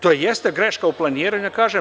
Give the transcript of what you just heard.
To jeste greška u planiranju, da kažem.